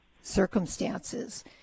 circumstances